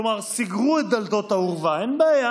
כלומר סגרו את דלתות האורווה, אין בעיה,